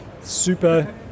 super